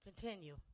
Continue